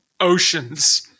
oceans